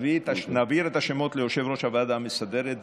נעביר את השמות ליושב-ראש הוועדה המסדרת,